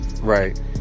right